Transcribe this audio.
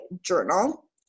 journal